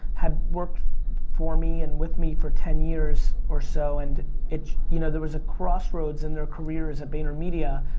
have worked for me and with me for ten years or so, and it, you know, there was a crossroads in their careers at vaynermedia,